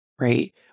right